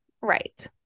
Right